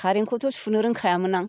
कारेनखौथ' सुनो रोंखायामोन आं